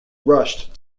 rushed